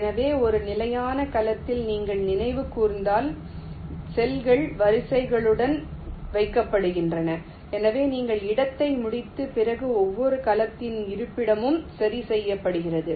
எனவே ஒரு நிலையான கலத்தில் நீங்கள் நினைவு கூர்ந்தால் செல்கள் வரிசைகளுடன் வைக்கப்படுகின்றன எனவே நீங்கள் இடத்தை முடித்த பிறகு ஒவ்வொரு கலத்தின் இருப்பிடமும் சரி செய்யப்படுகிறது